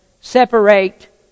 separate